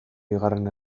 bigarren